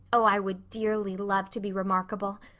oh, i would dearly love to be remarkable.